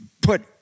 Put